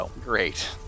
Great